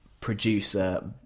producer